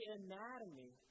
anatomy